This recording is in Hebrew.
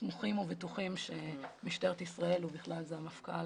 סמוכים ובטוחים שמשטרת ישראל ובכלל זה המפכ"ל,